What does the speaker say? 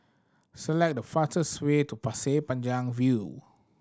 select the fastest way to Pasir Panjang View